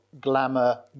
glamour